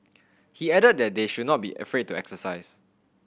he added that they should not be afraid to exercise